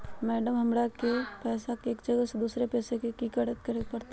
Madam, हमरा के पैसा एक जगह से दुसर जगह भेजे के लिए की की करे परते?